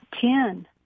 Ten